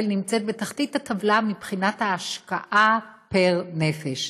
נמצא בתחתית הטבלה מבחינת ההשקעה לנפש.